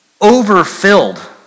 overfilled